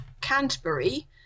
Canterbury